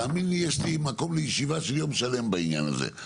תאמין לי יש לי מקום לישיבה של יום שלם בעניין הזה,